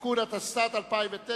(תיקון), התשס"ט 2009,